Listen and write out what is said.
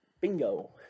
Bingo